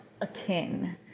akin